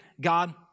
God